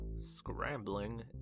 Scrambling